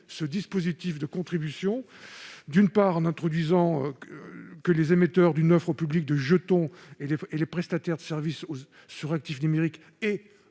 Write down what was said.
ce dispositif de contribution, d'une part, en prévoyant que les émetteurs d'une offre au public de jetons et les prestataires de services sur actifs numériques aient